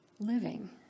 Living